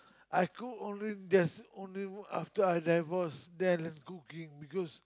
I cook only that's only after I divorced then I learn cooking because